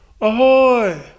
Ahoy